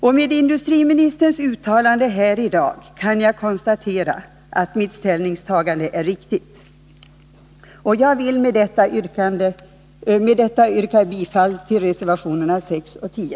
Med ledning av industriministerns uttalande här i dag kan jag konstatera att mitt ställningstagande är riktigt. Jag vill med detta yrka bifall till reservationerna 6 och 10.